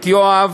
את יואב,